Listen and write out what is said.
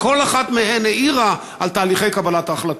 וכל אחת מהן העירה על תהליכי קבלת ההחלטות.